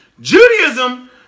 Judaism